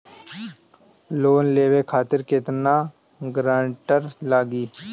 Loan लेवे खातिर केतना ग्रानटर लागी?